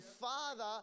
Father